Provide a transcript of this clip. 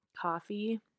coffee